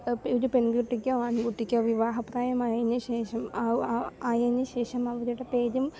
ഇപ്പം ഒരു പെൺകുട്ടിക്കോ ആൺകുട്ടിക്കോ വിവാഹപ്രായം ആയതിനു ശേഷം ആയതിനു ശേഷം അവരുടെ പേരും